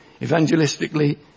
evangelistically